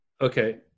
Okay